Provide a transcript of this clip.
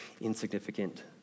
insignificant